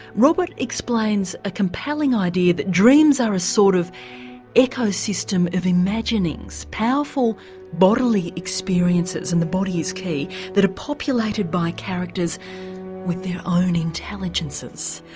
robert explains a compelling idea that dreams are a sort of ecosystem of imaginings, powerful bodily experiences and the body is key that are populated by characters with their own intelligences,